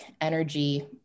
energy